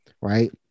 right